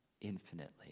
Infinitely